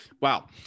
wow